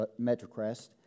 MetroCrest